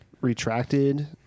retracted